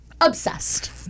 obsessed